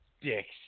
Dicks